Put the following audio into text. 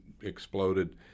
exploded